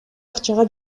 акчага